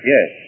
Yes